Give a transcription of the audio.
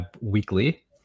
weekly